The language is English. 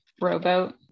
rowboat